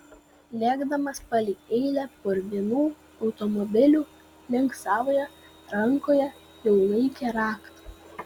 lėkdamas palei eilę purvinų automobilių link savojo rankoje jau laikė raktą